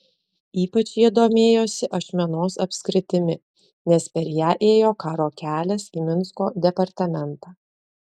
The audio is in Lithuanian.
ypač jie domėjosi ašmenos apskritimi nes per ją ėjo karo kelias į minsko departamentą